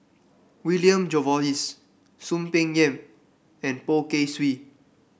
William Jervois Soon Peng Yam and Poh Kay Swee